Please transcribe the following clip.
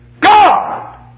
God